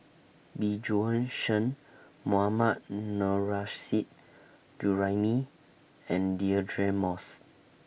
Bjorn Shen Mohammad Nurrasyid Juraimi and Deirdre Moss